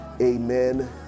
amen